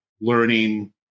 learning